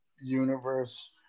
universe